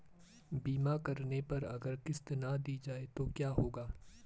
बीमा करने पर अगर किश्त ना दी जाये तो क्या होगा?